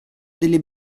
delle